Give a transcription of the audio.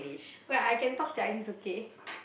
wait I can talk Chinese okay